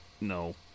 No